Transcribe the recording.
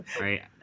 right